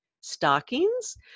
stockings